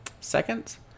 seconds